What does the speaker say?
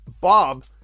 Bob